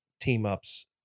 team-ups